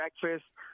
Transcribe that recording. breakfast